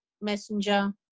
Messenger